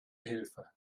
hilfe